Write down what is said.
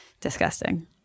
disgusting